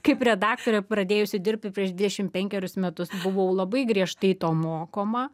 kaip redaktorė pradėjusi dirbti prieš dvidešimt penkerius metus buvau labai griežtai to mokoma